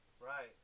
right